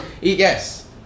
Yes